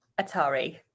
atari